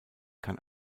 kann